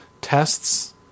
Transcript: tests